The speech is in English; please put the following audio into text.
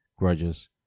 grudges